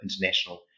international